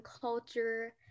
culture